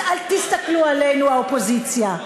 אז אל תסתכלו עלינו, האופוזיציה.